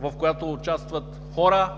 в която участват хора,